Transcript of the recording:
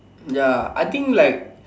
ya I think like